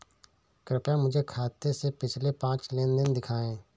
कृपया मुझे मेरे खाते से पिछले पांच लेन देन दिखाएं